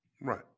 Right